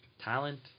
talent